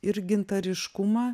ir gintariškumą